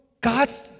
God's